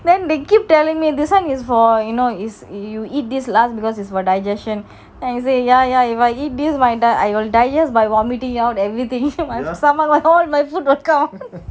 then they keep telling me this [one] is for you know if you eat this last because it's for digestion and you say ya ya if I eat this I will digest by vomiting out everything my stomach all my food will come out